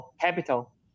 Capital